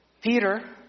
Peter